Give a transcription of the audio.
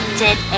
dead